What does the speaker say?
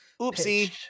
Oopsie